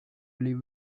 live